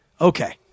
Okay